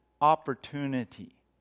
opportunity